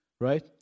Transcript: right